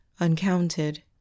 uncounted